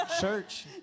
Church